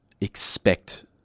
expect